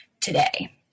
today